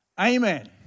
Amen